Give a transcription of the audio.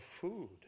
food